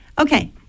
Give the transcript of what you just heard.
okay